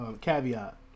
caveat